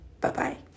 Bye-bye